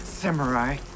Samurai